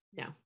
No